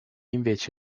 invece